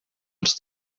els